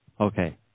Okay